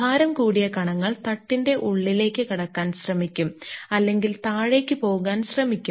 ഭാരം കൂടിയ കണങ്ങൾ തട്ടിന്റെ ഉള്ളിലേക്ക് കടക്കാൻ ശ്രമിക്കും അല്ലെങ്കിൽ താഴേക്ക് പോകാൻ ശ്രമിക്കും